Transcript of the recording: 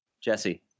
Jesse